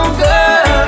girl